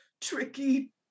tricky